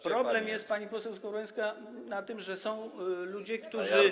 Problem jest, pani poseł Skowrońska, w tym, że są ludzie, którzy.